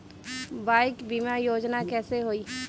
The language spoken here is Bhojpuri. बाईक बीमा योजना कैसे होई?